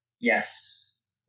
Yes